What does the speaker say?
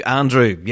andrew